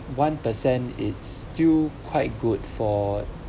one percent it's still quite good for